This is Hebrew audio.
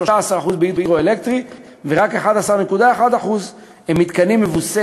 13% הם בהידרואלקטרי ורק 11.1% הם מתקנים מבוססי